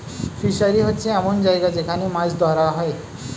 fishery হচ্ছে এমন জায়গা যেখান মাছ ধরা হয়